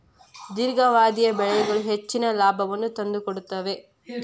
ದೇರ್ಘಾವಧಿಯ ಬೆಳೆಗಳು ಹೆಚ್ಚಿನ ಲಾಭವನ್ನು ತಂದುಕೊಡುತ್ತವೆ